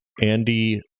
andy